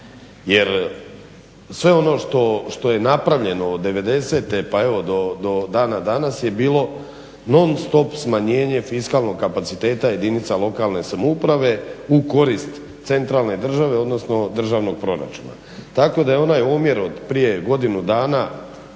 Jer sve ono što je napravljeno od '90.-te pa do danas je bilo non stop smanjenje fiskalnog kapaciteta jedinica lokalne samouprave u korist centralne države odnosno državnog proračuna. Tako da je onaj omjer od prije godinu dana